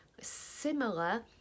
similar